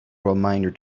reminder